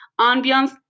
ambiance